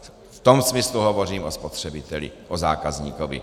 V tom smyslu hovořím o spotřebitelích, o zákazníkovi.